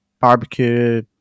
barbecue